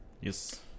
Yes